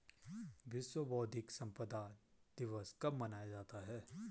विश्व बौद्धिक संपदा दिवस कब मनाया जाता है?